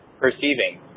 perceiving